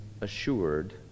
assured